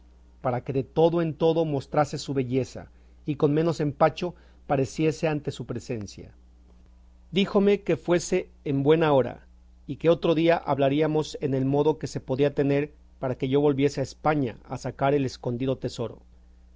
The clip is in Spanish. para que de todo en todo mostrase su belleza y con menos empacho pareciese ante su presencia díjome que fuese en buena hora y que otro día hablaríamos en el modo que se podía tener para que yo volviese a españa a sacar el escondido tesoro